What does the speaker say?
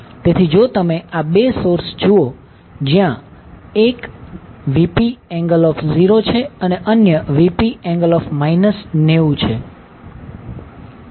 તેથી જો તમે આ 2 સોર્સ જુઓ જ્યાં 1 Vp∠0 છે અને અન્ય Vp∠ 90 છે